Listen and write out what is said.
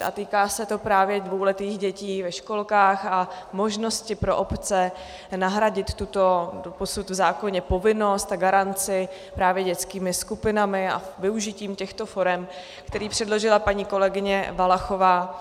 A týká se to právě dvouletých dětí ve školkách a možnosti pro obce nahradit tuto doposud v zákoně povinnost a garanci právě dětskými skupinami a využitím těchto forem, které předložila paní kolegyně Valachová.